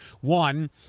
One